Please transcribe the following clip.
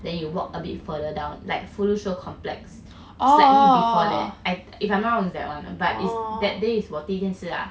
then you walk a bit further down like 福禄寿 complex slightly before that if I'm not wrong it's that one but it's that day is 我第一天吃 lah